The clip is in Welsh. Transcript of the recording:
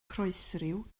croesryw